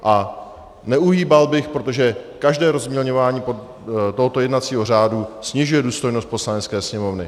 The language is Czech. A neuhýbal bych, protože každé rozmělňování tohoto jednacího řádu snižuje důstojnost Poslanecké sněmovny.